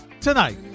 Tonight